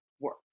work